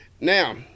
Now